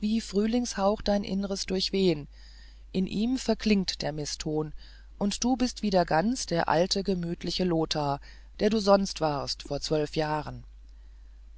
wie frühlingshauch dein innres durchwehen in ihm verklingt der mißton und du bist wieder ganz der alte gemütliche lothar der du sonst warst vor zwölf jahren